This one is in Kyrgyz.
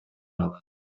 алат